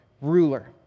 ruler